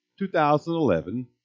2011